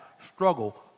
struggle